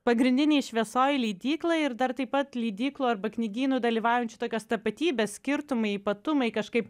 pagrindinėj šviesoj leidyklą ir dar taip pat leidyklų arba knygynų dalyvaujančių tokios tapatybės skirtumai ypatumai kažkaip